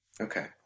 Okay